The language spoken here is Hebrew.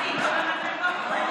אני מבקש לא למחוא כפיים.